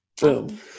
Boom